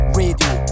radio